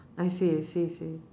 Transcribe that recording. I see I see see